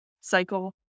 cycle